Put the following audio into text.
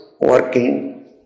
working